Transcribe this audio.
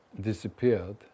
disappeared